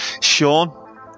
Sean